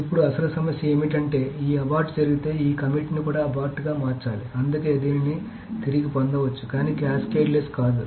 ఇప్పుడు అసలు సమస్య ఏమిటంటే ఈ అబార్ట్ జరిగితే ఈ కమిట్ను కూడా అబార్ట్గా మార్చాలి అందుకే దీనిని తిరిగి పొందవచ్చు కానీ క్యాస్కేడ్లెస్ కాదు